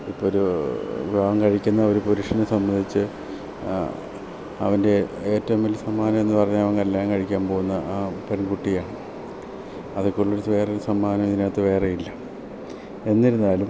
ഇപ്പം ഒരു വിവാഹം കഴിക്കുന്ന ഒരു പുരുഷനെ സംബന്ധിച്ച് അവൻ്റെ ഏറ്റോം വലിയ സമ്മാനം എന്നു പറഞ്ഞാൽ അവൻ കല്യാണം കഴിക്കാൻ പോകുന്ന ആ പെൺകുട്ടിയാണ് അതക്കുള്ളൊരുച്ച് വേറൊരു സമ്മാനം ഇതിനകത്ത് വേറെ ഇല്ല എന്നിരുന്നാലും